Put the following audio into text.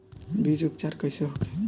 बीज उपचार कइसे होखे?